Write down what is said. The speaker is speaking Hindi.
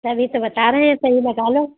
तभी तो बता रहे हैं सही लगा लो